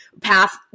path